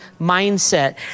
mindset